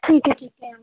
ਠੀਕ ਹੈ ਠੀਕ ਹੈ